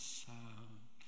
sound